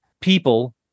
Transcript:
people